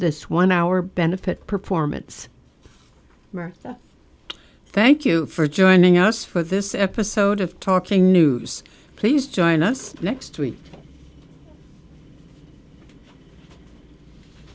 this one hour benefit performance thank you for joining us for this episode of talking news please join us next